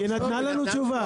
היא נתנה לנו תשובה.